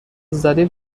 ذلیل